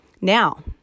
Now